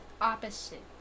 opposite